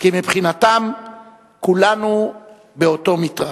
כי מבחינתם כולנו באותו מתרס.